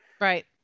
right